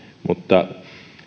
mutta